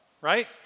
Right